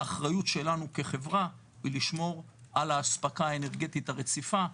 האחריות שלנו כחברה היא לשמור על האספקה האנרגטית הרציפה,